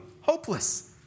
hopeless